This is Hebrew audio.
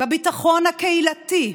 בביטחון הקהילתי,